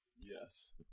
Yes